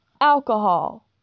alcohol